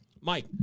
Mike